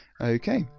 Okay